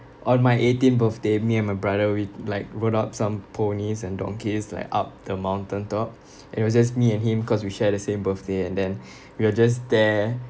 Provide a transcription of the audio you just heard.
on my eighteenth birthday me and my brother we like rode up some ponies and donkeys like up the mountain top it was just me and him cause we share the same birthday and then we were just there